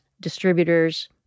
distributors